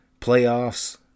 playoffs